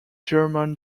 german